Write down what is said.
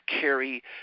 carry